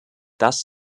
das